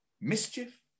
mischief